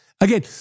again